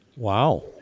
Wow